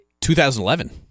2011